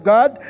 God